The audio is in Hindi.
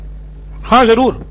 प्रोफेसर हाँ ज़रूर